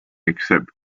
except